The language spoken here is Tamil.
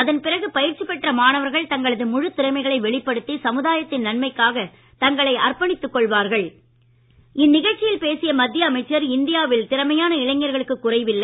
அதன் பிறகு பயிற்சி பெற்ற மாணவர்கள் தங்களது முழுத் திறமைகளை வெளிப்படுத்தி சமுதாயத்தின் நன்மைக்காக தங்களை அர்ப்பணித்துக் கொள்வார்கள் இந்நிகழ்ச்சியில் பேசிய மத்திய அமைச்சர் இந்தியாவில் திறமையான இளைஞர்களுக்கு குறைவில்லை